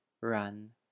run